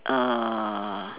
err